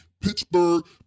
Pittsburgh